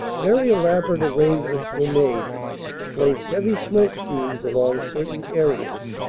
very elaborate arrange ments were made to place heavy smoke screens along certain areas.